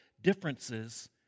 differences